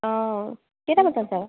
অ কেইটা বজাত যাবা